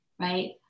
right